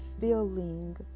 feeling